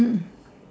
mm